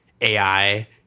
AI